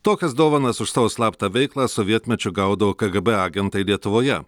tokias dovanas už savo slaptą veiklą sovietmečiu gaudavo kgb agentai lietuvoje